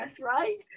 right